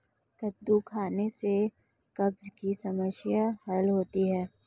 कद्दू खाने से कब्ज़ की समस्याए हल होती है